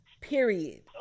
period